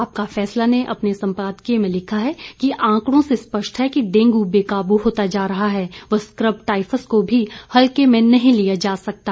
आपका फैसला ने अपने संपादकीय में लिखा है कि आंकड़ों से स्पष्ट है डेंगू बेकाबू होता जा रहा है व स्कब टाइफस को भी हलके में नहीं लिया जा सकता